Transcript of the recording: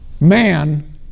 man